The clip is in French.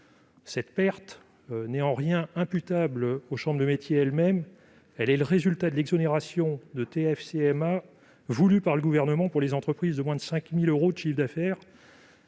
Cette « perte » n'est en rien imputable aux chambres de métiers et de l'artisanat elles-mêmes : elle est le résultat de l'exonération de TFCMA voulue par le Gouvernement pour les entreprises ayant réalisé moins de 5 000 euros de chiffre d'affaires.